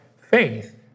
faith